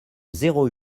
zéro